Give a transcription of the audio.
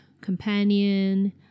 companion